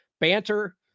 banter